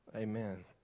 Amen